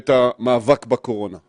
לא קרה שום דבר רע בגני החיות,